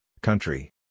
country